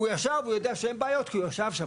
הוא ישב, הוא יודע שאין בעיות כי הוא ישב שם.